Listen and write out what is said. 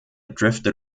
drifted